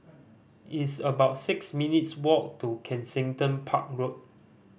it's about six minutes' walk to Kensington Park Road